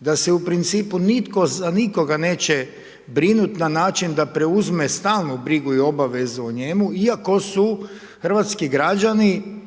da se u principu nitko za nikoga neće brinuti na način da preuzme stalnu brigu i obavezu o njemu iako su hrvatski građani